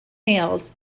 males